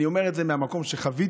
אני אומר את זה מהמקום שחוויתי.